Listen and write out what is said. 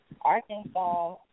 Arkansas